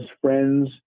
friends